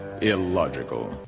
illogical